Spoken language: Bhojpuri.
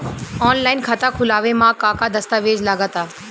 आनलाइन खाता खूलावे म का का दस्तावेज लगा ता?